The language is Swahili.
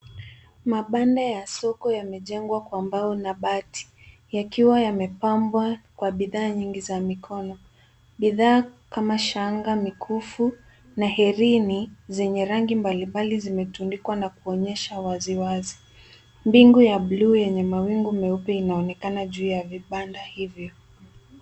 Mabanda ya soko yamejengwa kwa mbao na bati yakiwa yamepambwa kwa nyingi za mikono. Bidhaa kama shanga, mikufu na herini zenye rangi nyingi nyingi zimetundikwa na kuonyeshwa wazi wazi. Mbingu ya blue yenye wingu nyeupe inaonekana juu ya vibanda hivi.